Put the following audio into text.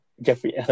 Jeffrey